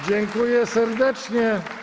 Dziękuję serdecznie.